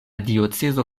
diocezo